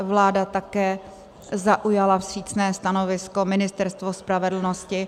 Vláda také zaujala vstřícné stanovisko, Ministerstvo spravedlnosti.